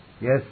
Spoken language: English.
Yes